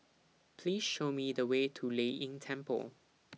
Please Show Me The Way to Lei Yin Temple